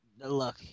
look